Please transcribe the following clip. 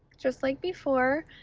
just like before,